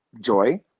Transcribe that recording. joy